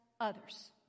others